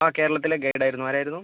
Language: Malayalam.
ആ കേരളത്തിലെ ഗൈഡ് ആയിരുന്നു ആരായിരുന്നു